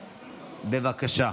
בבקשה.